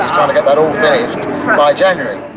trying to get that all finished by january.